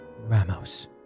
Ramos